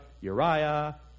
Uriah